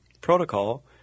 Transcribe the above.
protocol